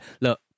look